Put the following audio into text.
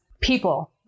people